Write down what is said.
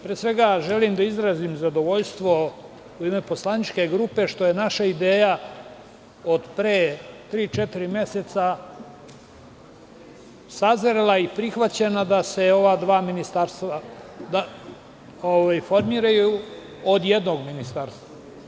Pre svega želim da izrazim zadovoljstvo u ime poslaničke grupe što je naša ideja od pre tri, četiri meseca sazrela i prihvaćena da se ova dva ministarstva formiraju od jednog ministarstva.